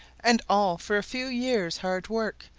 and all for a few years' hard work,